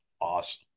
awesome